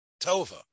Tova